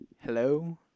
hello